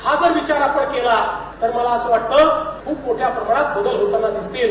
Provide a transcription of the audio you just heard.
हा जर विचार आपण केला तर मला असं वाटत खूप मोठया प्रमाणात बदल होताना दिसतील